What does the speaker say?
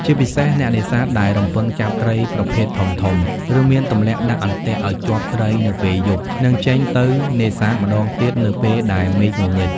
ជាពិសេស អ្នកនេសាទដែលរំពឹងចាប់ត្រីប្រភេទធំៗ ឬមានទម្លាប់ដាក់អន្ទាក់ឲ្យជាប់ត្រីនៅពេលយប់ នឹងចេញទៅនេសាទម្តងទៀតនៅពេលដែលមេឃងងឹត។